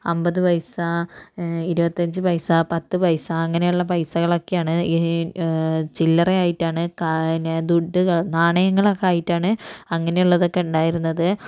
അൻപത് പൈസ ഇരുപത്തഞ്ച് പൈസ പത്ത് പൈസ അങ്ങനെയുള്ള പൈസകളൊക്കെയാണ് ഈ ചില്ലറയായിട്ടാണ് ക പിന്നെ ദുട്ടുകൾ നാണയങ്ങളൊക്കെ ആയിട്ടാണ് അങ്ങനെയുള്ളതൊക്കെ ഉണ്ടായിരുന്നത്